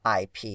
ip